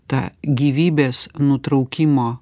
tą gyvybės nutraukimo